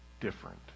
different